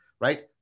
right